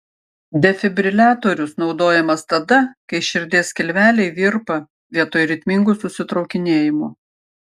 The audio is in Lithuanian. defibriliatorius naudojamas tada kai širdies skilveliai virpa vietoj ritmingų susitraukinėjimų